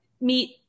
meet